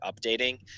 updating